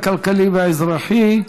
הכלכלי והאזרחי.